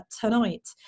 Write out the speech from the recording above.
tonight